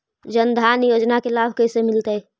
जन धान योजना के लाभ कैसे मिलतै?